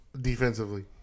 defensively